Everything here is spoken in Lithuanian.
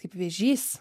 kaip vėžys